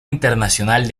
internacional